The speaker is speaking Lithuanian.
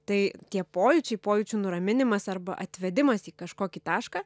tai tie pojūčiai pojūčių nuraminimas arba atvedimas į kažkokį tašką